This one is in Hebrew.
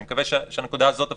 אני מקווה שהנקודה הזאת ברורה,